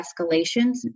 escalations